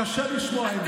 קשה לשמוע את זה.